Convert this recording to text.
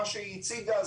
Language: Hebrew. לפי מה שהיא הציגה.